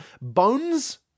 Bones-